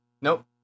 Nope